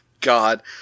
God